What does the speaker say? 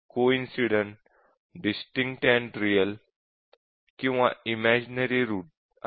coincident distinct and real किंवा imaginary root आहेत